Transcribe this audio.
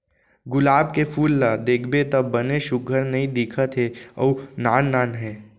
गुलाब के फूल ल देखबे त बने सुग्घर नइ दिखत हे अउ नान नान हे